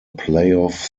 playoff